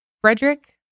Frederick